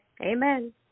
amen